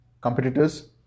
competitors